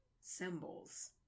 symbols